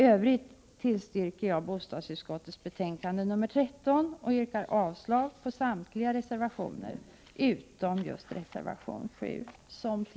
Jag tillstyrker bostadsutskottets hemställan i betänkande 13 och yrkar